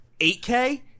8K